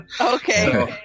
Okay